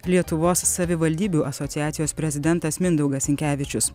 lietuvos savivaldybių asociacijos prezidentas mindaugas sinkevičius